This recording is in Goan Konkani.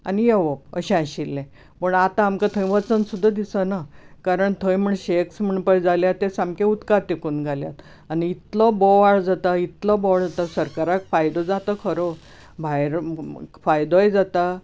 आनी येवप अशे आशिल्ले पूण आता आमकां थंय वचन सुद्दां दिसना कारण थंय म्हण शॅक्स म्हणून जाल्यात पळय ते सगळें उदकाक तेंकून जाल्यात आनी इतलो बोवाळ जाता इतलो बोवाळ जाता सरकाराक फायदो जाता खरो भायर फायदोय जाता